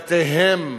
מבתיהם.